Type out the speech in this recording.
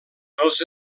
els